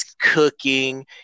cooking